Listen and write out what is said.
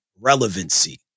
relevancy